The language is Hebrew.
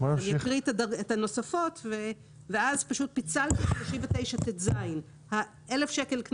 פשוט פיצלנו את 39טז. 1,000 שקלים,